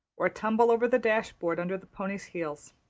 or tumble over the dashboard under the pony's heels.